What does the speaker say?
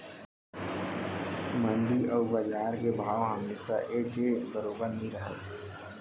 मंडी अउ बजार के भाव हमेसा एके बरोबर नइ रहय